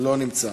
לא נמצא,